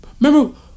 remember